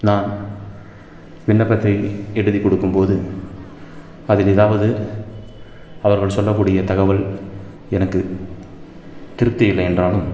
நான் விண்ணப்பத்தை எழுதி கொடுக்கும்போது அதில் ஏதாவது அவர்கள் சொல்லக்கூடிய தகவல் எனக்கு திருப்தி இல்லை என்றாலும்